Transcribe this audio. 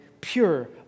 pure